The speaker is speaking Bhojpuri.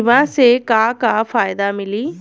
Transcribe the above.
बीमा से का का फायदा मिली?